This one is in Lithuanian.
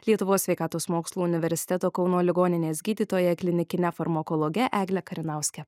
lietuvos sveikatos mokslų universiteto kauno ligoninės gydytoja klinikine farmakologe egle karinauske